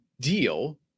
deal